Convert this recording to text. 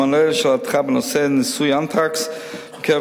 במענה לשאלתך בנושא ניסוי האנתרקס בקרב